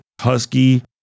Husky